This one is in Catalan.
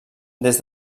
des